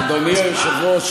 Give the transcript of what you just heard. אדוני היושב-ראש,